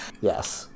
yes